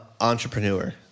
entrepreneur